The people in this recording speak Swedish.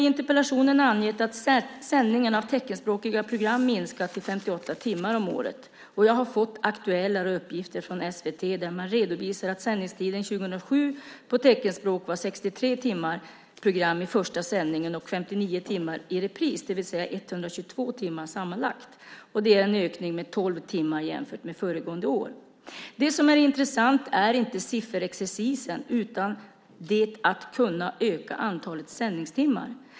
I interpellationen har jag angett att sändandet av teckenspråkiga program har minskat till 58 timmar om året. Jag har fått aktuellare uppgifter från SVT där man redovisar att sändningstiden på teckenspråk var 63 timmar i första sändningen och 59 timmar i repris år 2007 - sammanlagt 122 timmar. Det är en ökning med tolv timmar jämfört med året dessförinnan. Det som är intressant är inte sifferexercisen utan möjligheten att öka antalet sändningstimmar.